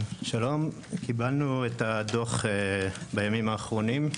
שלום, קיבלנו את הדוח בימים האחרונים,